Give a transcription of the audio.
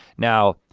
now,